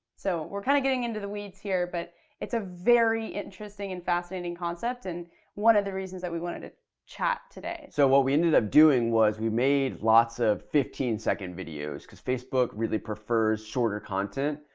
so we're kind of getting into the weeds here but it's a very interesting and fascinating concept and one of the reasons that we wanted to chat today. so what we ended up doing was we made lots of fifteen second videos because facebook really prefers shorter content.